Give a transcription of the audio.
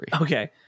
Okay